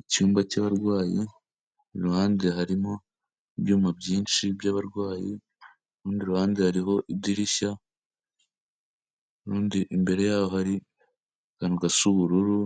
Icyumba cy'abarwayi, iruhande harimo ibyuma byinshi byabarwayi, ku rundi ruhande hariho idirishya, urundi imbere yaho hari akantu gasa ubururu